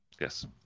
yes